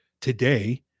today